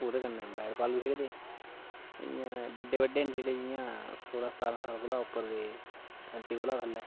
ओह्दे कन्नै bat ball बी खेढदे इ'यां बड्डे बड्डे ने जियां सोलां सतांरा साल कोला उप्पर ते पैंती कोला थल्लै